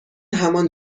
همان